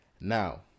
Now